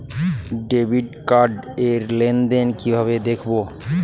Debit card র লেনদেন কিভাবে দেখবো?